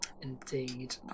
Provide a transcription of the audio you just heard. Indeed